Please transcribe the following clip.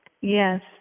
Yes